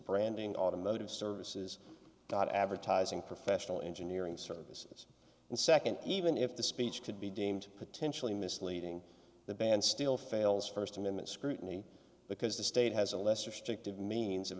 branding automotive services not advertising professional engineering services and second even if the speech could be deemed potentially misleading the band still fails first amendment scrutiny because the state has a lesser stripped of means of